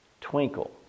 Twinkle